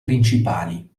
principali